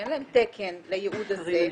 שאין להם תקן לייעוד הזה,